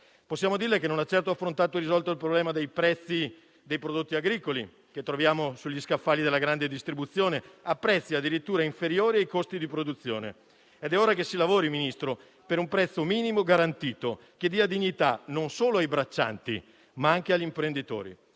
Possiamo dirle che non ha certo affrontato e risolto il problema dei prezzi dei prodotti agricoli che troviamo sugli scaffali della grande distribuzione a prezzi addirittura inferiori ai costi di produzione. È ora che si lavori, Ministro, per un prezzo minimo garantito che dia dignità non solo ai braccianti, ma anche agli imprenditori.